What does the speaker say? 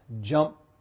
jump